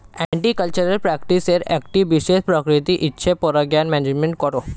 horticultural প্র্যাকটিসের একটি বিশেষ প্রকৃতি হচ্ছে পরাগায়ন ম্যানেজমেন্ট করা